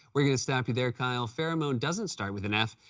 we're going to stop you there, kyle. pheromone doesn't start with an f,